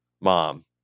mom